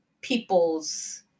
people's